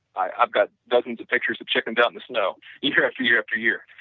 i've got dozens of pictures of chicken down the snow even after year after year.